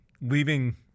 leaving